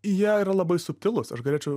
jie yra labai subtilūs aš galėčiau